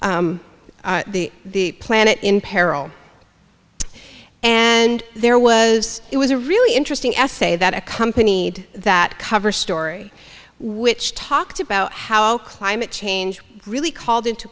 earth the planet in peril and there was it was a really interesting essay that accompanied that cover story which talked about how climate change really called into